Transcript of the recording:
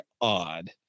odd